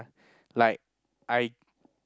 like I